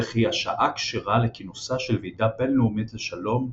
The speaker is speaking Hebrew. וכי השעה כשרה לכינוסה של ועידה בינלאומית לשלום,